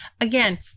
Again